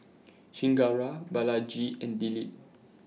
Chengara Balaji and Dilip